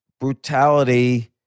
brutality